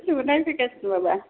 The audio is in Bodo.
जोंखौ नायफैगासिनो माबा